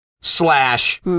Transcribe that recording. slash